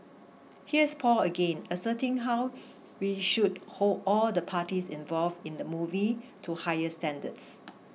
here's Paul again asserting how we should hold all the parties involved in the movie to higher standards